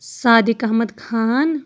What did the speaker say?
Sadiq Ahmed Khan